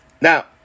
Now